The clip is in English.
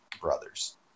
brothers